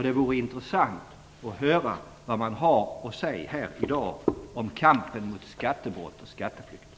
Det vore intressant att höra vad man har att säga här i dag om kampen mot skattebrott och skatteflykt.